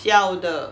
siao 的